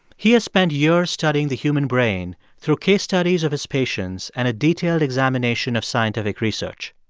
he has spent years studying the human brain through case studies of his patients and a detailed examination of scientific research.